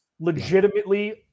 legitimately